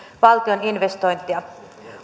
valtion investointia